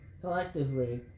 collectively